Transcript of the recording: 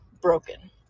broken